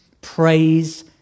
Praise